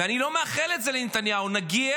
ואני לא מאחל את זה לנתניהו, נגיע